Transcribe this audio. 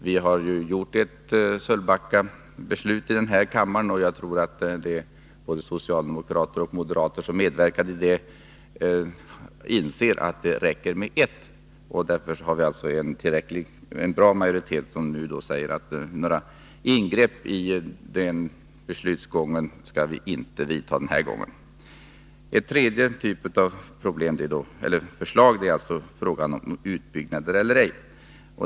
Vi har fattat ett Sölvbackabeslut här i kammaren, och jag tror att både de socialdemokrater och de moderater som medverkade i detta inser att det räcker med ett sådant beslut. Vi har därför en tillfredsställande majoritet för att det inte denna gång skall göras några ingrepp i beslutsgången. En tredje typ av förslag gäller frågan om utbyggnad eller ej.